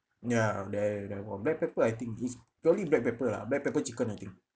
ya there there were black pepper I think is purely black pepper lah black pepper chicken I think